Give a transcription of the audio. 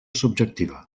subjectiva